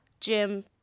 Jim